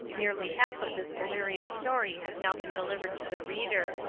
nearly half of this delirious story has now been delivered to the reader.